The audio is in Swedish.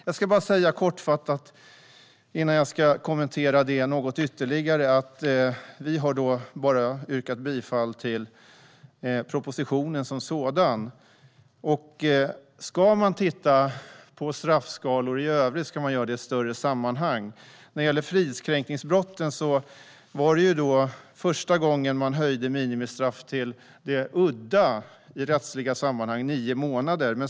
Jag ska bara kortfattat, innan jag kommenterar detta ytterligare, säga att vi bara yrkar bifall till propositionen som sådan. Om man ska titta på straffskalor i övrigt ska man göra det i ett större sammanhang. När det gäller fridskränkningsbrotten var det första gången man höjde minimistraffet till nio månader, som är udda i rättsliga sammanhang.